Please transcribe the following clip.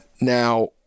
Now